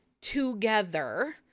together